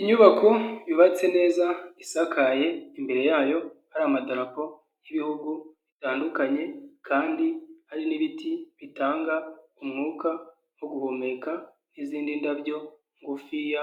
Inyubako yubatse neza, isakaye, imbere yayo ari amatararapo y'ibihugu bitandukanye kandi hari n'ibiti bitanga umwuka wo guhumeka, n'izindi ndabyo ngufiya